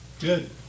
good